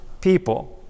people